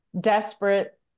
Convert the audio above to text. desperate